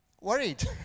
worried